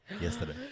yesterday